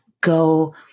Go